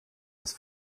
das